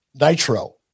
Nitro